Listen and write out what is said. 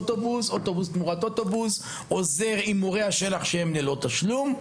אוטובוס תמורת אוטובוס ומורי של״ח ללא תשלום.